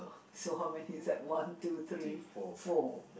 so how many is that one two three four